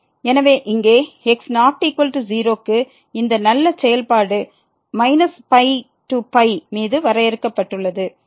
எனவே இங்கே x≠0 க்கு இந்த நல்ல செயல்பாடு π π மீது வரையறுக்கப்பட்டுள்ளது